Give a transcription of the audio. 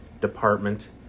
department